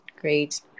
great